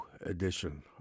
edition